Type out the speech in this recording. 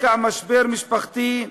רקע משבר משפחתי,